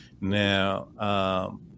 Now